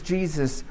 Jesus